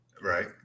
right